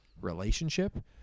relationship